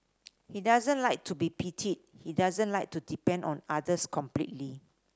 he doesn't like to be pitied he doesn't like to depend on others completely